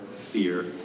fear